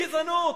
גזענות.